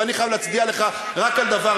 ואני חייב להצדיע לך רק על דבר,